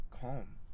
calm